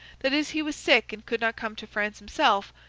that as he was sick and could not come to france himself,